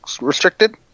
restricted